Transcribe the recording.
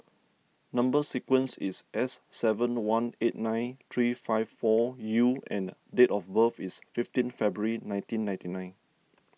Number Sequence is S seven one eight nine three five four U and date of birth is fifteen February nineteen ninety nine